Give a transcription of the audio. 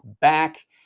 back